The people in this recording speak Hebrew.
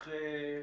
הלאה.